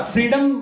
Freedom